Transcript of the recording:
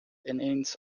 ineens